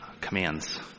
commands